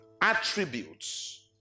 attributes